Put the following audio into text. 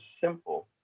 simple